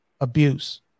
abuse